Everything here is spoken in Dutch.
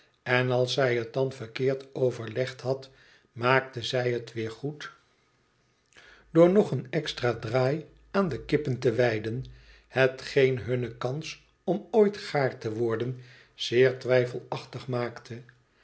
en als zij het dan verkeerd overlegd had maakte zij het weer goed extra draai aan de kippen te wijden hetgeen hunne kans om ooit gaar te worden zeer twijfelachtig maakte